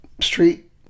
street